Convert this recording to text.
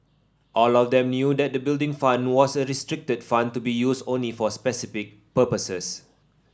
all of them knew that the Building Fund was a restricted fund to be used only for specific purposes